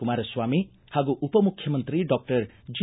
ಕುಮಾರಸ್ವಾಮಿ ಹಾಗೂ ಉಪಮುಖ್ಚಮಂತ್ರಿ doctor G